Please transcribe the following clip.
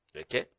Okay